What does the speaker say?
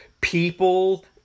people